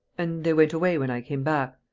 and they went away when i came back?